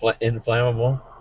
inflammable